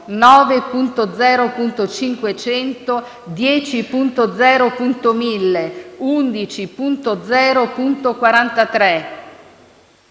9.0.500, 10.0.1000, 11.0.43,